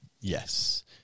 Yes